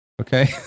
Okay